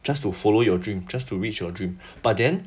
just to follow your dream just to reach your dream but then